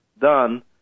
done